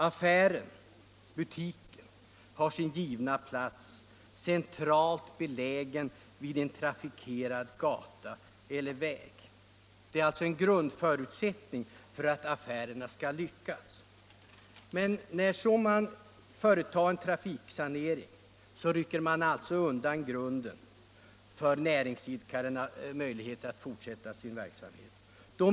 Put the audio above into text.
Affären, butiken, har sin givna plats: centralt belägen vid en trafikerad gata eller väg. Detta är en grundförutsättning för att affärerna skall lyckas. Men när en trafiksanering företas, rycks kanske grunden undan för näringsidkarnas möjligheter att fortsätta sin verksamhet.